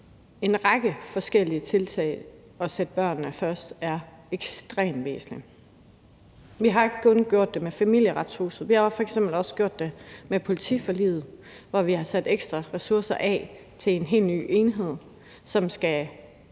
en række forskellige tiltag og sætte børnene først, er ekstremt væsentligt. Vi har ikke kun gjort det med Familieretshuset, vi har f.eks. også gjort det med politiforliget, hvor vi har sat ekstra ressourcer af til en helt ny enhed, som skal